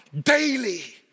daily